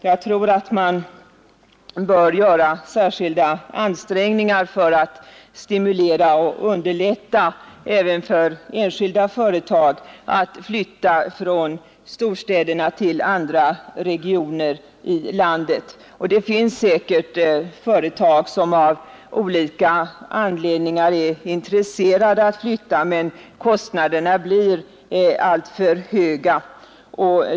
Jag tror att man bör göra särskilda ansträngningar för att stimulera och underlätta även för enskilda företag att flytta från storstäderna till andra regioner i landet. Det finns säkert företag som av olika anledningar är intresserade av att flytta, men kostnaderna blir alltför höga.